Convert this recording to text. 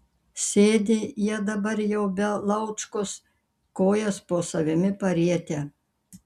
sėdi jie dabar jau be laučkos kojas po savimi parietę